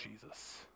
Jesus